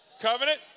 covenant